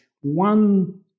one